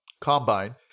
combine